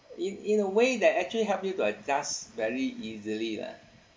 in in a way that actually help you to adjust very easily lah